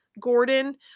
Gordon